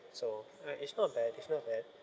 so mm it's not bad it's not bad